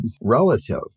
relative